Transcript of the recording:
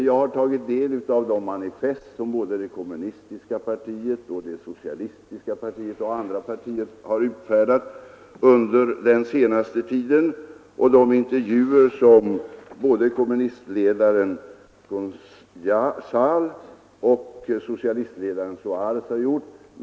Jag har tagit del av de manifest som det kommunistiska partiet, det socialistiska partiet och andra partier har utfärdat under den senaste tiden och av de intervjuer som både kommunistledaren Cunhal och socialistledaren Soares har gjort.